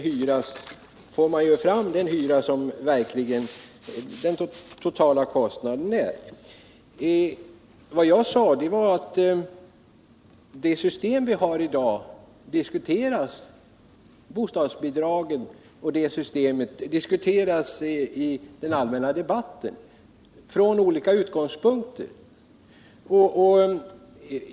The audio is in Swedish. Hyran motsvarar den totala kostnaden. Det system med bostadsbidrag som finns i dag har diskuterats i den allmänna debatten från olika utgångspunkter.